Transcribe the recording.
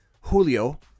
Julio